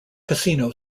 casino